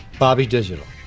bobby digital.